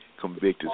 convicted